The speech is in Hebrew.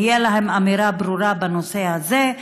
תהיה להם אמירה ברורה בנושא הזה,